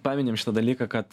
paminim šitą dalyką kad